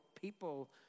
people